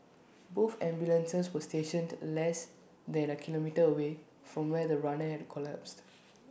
both ambulances were stationed less than A kilometre away from where the runner had collapsed